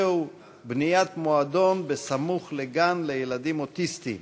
הוא: בניית מועדון סמוך לגן לילדים אוטיסטים.